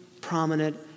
prominent